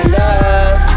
love